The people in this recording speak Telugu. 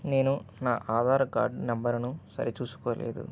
నేను నా ఆధార కార్డ్ నంబరును సరిచూసుకోలేదు